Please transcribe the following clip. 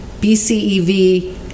BCEV